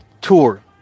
tour